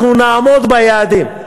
אנחנו נעמוד ביעדים.